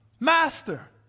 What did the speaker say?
Master